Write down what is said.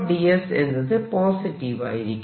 ds എന്നത് positive ആയിരിക്കും